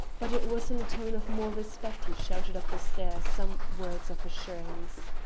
but it was in a tone of more respect he shouted up the stair some words of assurance.